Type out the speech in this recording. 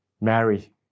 Mary